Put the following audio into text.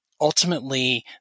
Ultimately